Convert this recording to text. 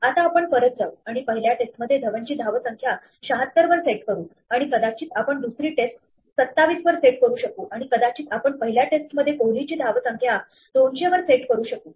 आता आपण परत जाऊ आणि पहिल्या टेस्टमध्ये धवनची धावसंख्या 76 वर सेट करू आणि कदाचित आपण दुसरी टेस्ट 27 वर सेट करू शकू आणि कदाचित आपण पहिल्या टेस्टमध्ये कोहलीची धावसंख्या 200 वर सेट करू शकू